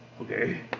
Okay